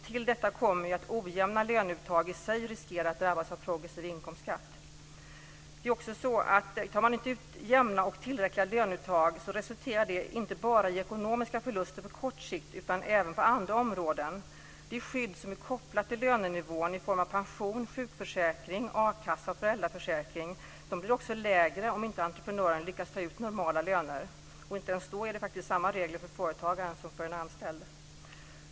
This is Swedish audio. Till detta kommer att ojämna löneuttag i sig riskerar att drabbas av progressiv inkomstskatt. Det är också så att om man inte gör jämna och tillräckliga löneuttag så resulterar det inte bara i ekonomiska förluster på kort sikt, utan det får även effekter på andra områden. Det skydd som är kopplat till lönenivån i form av pension, sjukförsäkring, a-kassa och föräldraförsäkring blir också lägre om inte entreprenören lyckas ta ut normala löner. Inte ens då är det faktiskt samma regler för företagaren som för en anställd.